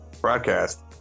broadcast